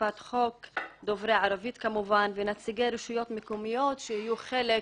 אכיפת חוק דוברי ערבית ונציגי רשויות מקומיות שיהיו חלק